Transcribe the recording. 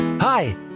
Hi